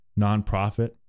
nonprofit